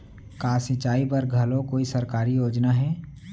का सिंचाई बर घलो कोई सरकारी योजना हे?